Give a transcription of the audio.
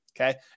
okay